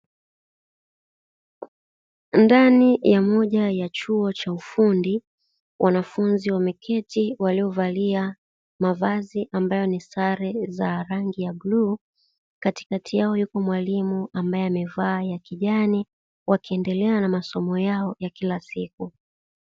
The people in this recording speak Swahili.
Ndani ya moja ya chuo cha ufundi, wanafunzi wameketi waliovalia mavazi ambayo ni sare za rangi ya bluu, katikati yao yuko mwalimu ambaye amevaa sare ya kijani wakiendelea na masomo yao ya kila siku.